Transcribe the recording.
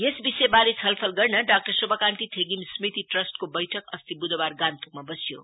यस विषयवारे छलफल गर्न डाक्टर शोभाकान्ति थेगिम स्मृति ट्रस्टको बैठक अस्ति बुधवार गान्तोकमा वस्यो